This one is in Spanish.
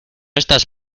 estás